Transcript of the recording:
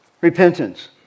repentance